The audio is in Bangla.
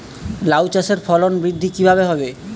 লাউ চাষের ফলন বৃদ্ধি কিভাবে হবে?